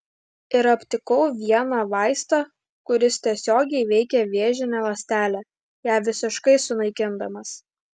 ir aptikau vieną vaistą kuris tiesiogiai veikia vėžinę ląstelę ją visiškai sunaikindamas